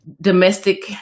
domestic